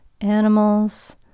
animals